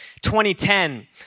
2010